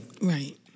Right